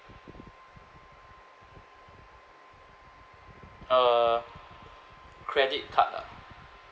uh credit card ah